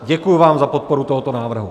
Děkuji vám za podporu tohoto návrhu.